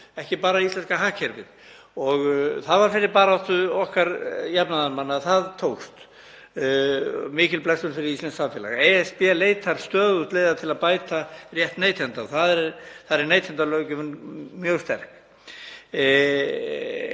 ekki bara íslenska hagkerfið. Það var fyrir baráttu okkar jafnaðarmanna að það tókst, mikil blessun fyrir íslenskt samfélag. ESB leitar stöðugt leiða til að bæta rétt neytenda og neytendalöggjöfin er mjög sterk,